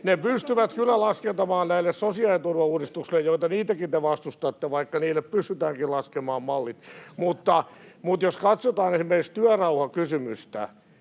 he pystyvät kyllä laskemaan näille sosiaaliturvauudistuksille, ja niitäkin te vastustatte, vaikka niille pystytäänkin laskemaan mallit. Mutta jos katsotaan esimerkiksi työrauhakysymystä,